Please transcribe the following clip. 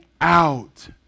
out